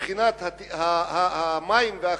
מבחינת המים והחשמל,